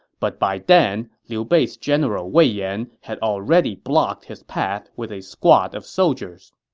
but by then, liu bei's general wei yan had already blocked his path with a squad of soldiers.